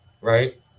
right